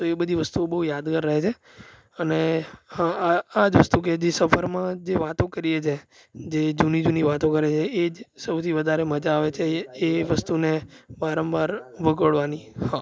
તો એ બધી વસ્તુઓ બહુ યાદગાર રહે છે અને હા આ આજ વસ્તુ કે દિવસે સફરમાં જે વાતો કરીએ છીએ જે જૂની જૂની વાતો કરી છીએ એ જ સૌથી વધારે મજા આવે છે એ એ વસ્તુને વારંવાર વાગોળવાની હા